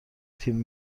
تیم